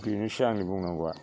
बेनोसै आंनि बुंनांगौआ